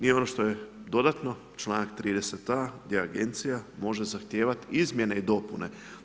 I ono što je dodatno čl. 30 A gdje agencija može zahtijevati izmjene i dopune.